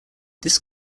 this